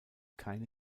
keine